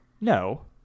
No